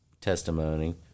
testimony